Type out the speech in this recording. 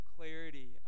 clarity